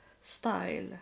style